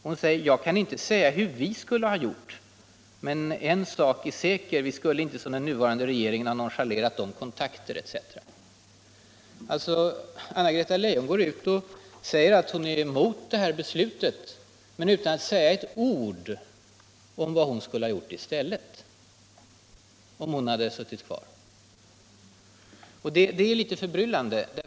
Hon sade: Jag kan inte säga hur vi skulle ha gjort, men en sak är säker, vi skulle inte som den nuvarande regeringen ha nonchalerat de kontakter ... Anna-Greta Leijon går alltså ut och säger att hon är emot beslutet utan att säga ett ord om vad hon skulle ha gjort i stället! Det är litet förbryllande.